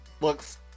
looks